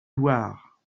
loir